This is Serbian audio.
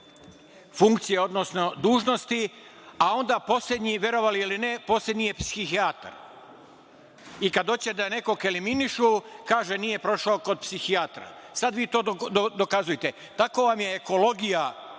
funkcije odnosno dužnosti a onda poslednji, verovali ili ne, poslednji je psihijatar. I kad hoće da nekog eliminišu, kaže - nije prošao kod psihijatra. Sad vi to dokazujte. Tako vam je ekologija,